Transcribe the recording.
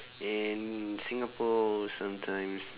and singapore sometimes